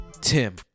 Tim